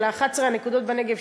של 11 הנקודות בנגב,